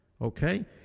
okay